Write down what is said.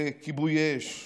לכיבוי אש,